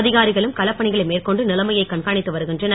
அதிகாரிகளும் களப்பணிகளை மேற்கொண்டு நிலைமையை கண்காணித்து வருகின்றனர்